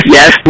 Yes